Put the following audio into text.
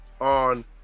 on